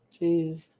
Jeez